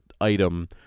item